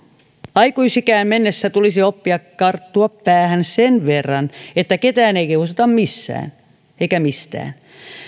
aikuisikään mennessä tulisi oppia tarttua päähän sen verran että ketään ei kiusata missään eikä mistään